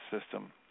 system